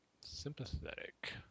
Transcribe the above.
Sympathetic